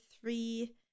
three